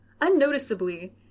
unnoticeably